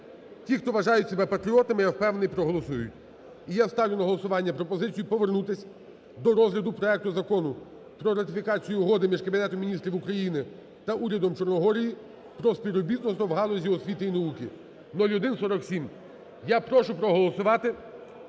ті, хто вважають себе патріотами, я впевнений, проголосують. І я ставлю на голосування пропозицію повернутись до розгляду проекту Закону про ратифікацію Угоди між Кабінетом Міністрів України та Урядом Чорногорії про співробітництво в галузі освіти і науки (0147). Я прошу проголосувати.